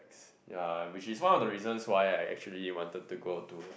ya which is one of the reasons why I actually wanted to go to